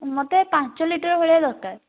ମୋତେ ପାଞ୍ଚ ଲିଟର ଭଳିଆ ଦରକାର